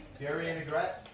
darien grett.